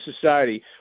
society